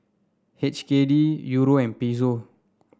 H K D Euro and Peso